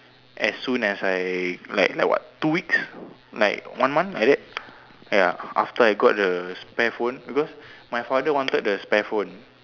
as soon as I like like what two weeks like one month like that ya after I gotten the spare phone because my father wanted the spare phone